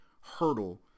hurdle